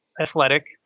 athletic